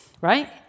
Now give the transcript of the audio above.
right